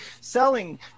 selling